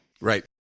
Right